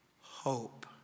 hope